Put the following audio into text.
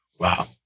Wow